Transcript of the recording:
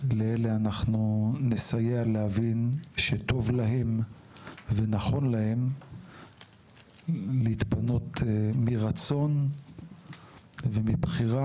לאלו אנחנו נסייע להבין שטוב להם ונכון להם להתפנות מרצון ומבחירה